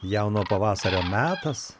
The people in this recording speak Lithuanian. jauno pavasario metas